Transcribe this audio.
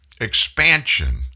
expansion